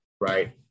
right